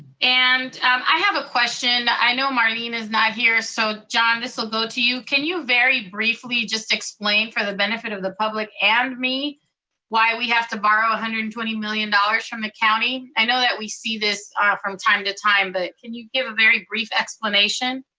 and i have a question, i know marlene is not here, so john this will go to you. can you very briefly just explain for the benefit of the public and me why we have to borrow one hundred and twenty million dollars from the county? i know that we see this ah from time to time, but can you give a very brief explanation?